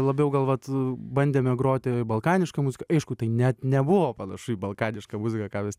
labiau gal vat bandėme groti balkanišką muziką aišku tai net nebuvo panašu į balkanišką muziką ką mes ten